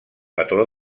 patró